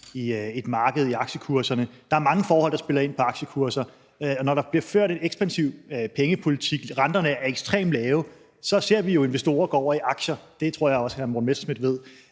i et marked, i aktiekurserne. Der er mange forhold, der spiller ind på aktiekurser. Når der bliver ført en ekspansiv pengepolitik – renterne er ekstremt lave – så ser vi jo investorer gå over i aktier, det tror jeg også hr. Morten Messerschmidt ved;